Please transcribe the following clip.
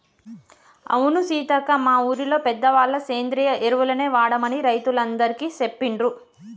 అవును సీతక్క మా ఊరిలో పెద్దవాళ్ళ సేంద్రియ ఎరువులనే వాడమని రైతులందికీ సెప్పిండ్రు